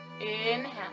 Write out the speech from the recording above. Inhale